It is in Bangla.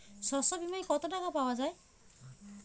শস্য বিমায় কত টাকা পাওয়া যায়?